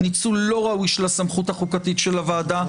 ניצול לא ראוי של הסמכות החוקתית של הוועדה.